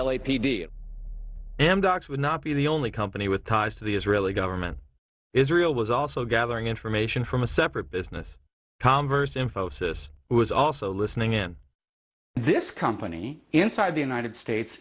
l a p d amdocs would not be the only company with ties to the israeli government israel was also gathering information from a separate business comverse infosys was also listening in this company inside the united states